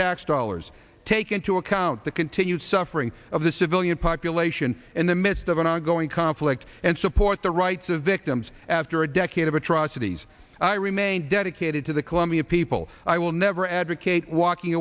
tax dollars take into account the continued suffering of the civilian population in the midst of an ongoing conflict and support the rights of victims after a decade of atrocities i remain dedicated to the colombian people i will never advocate walking